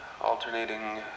alternating